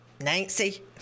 Nancy